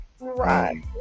Right